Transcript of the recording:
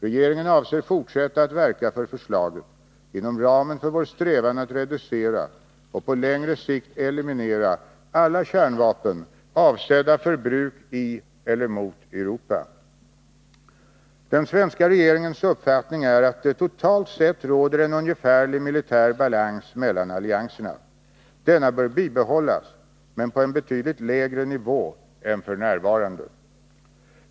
Regeringen avser att fortsätta att verka för förslaget inom ramen för vår strävan att reducera och på längre sikt eliminera alla kärnvapen, avsedda för bruk i eller mot Europa. Den svenska regeringens uppfattning är att det totalt sett råder en ungefärlig militär balans mellan allianserna. Denna bör bibehållas, men på en betydligt lägre nivå än f. n.